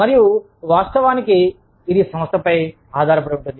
మరియు వాస్తవానికి ఇది సంస్థపై ఆధారపడి ఉంటుంది